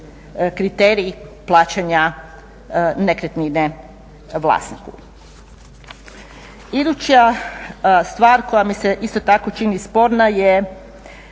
kriterij plaćanja nekretnine vlasniku.